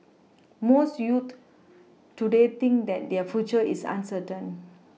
most youths today think that their future is uncertain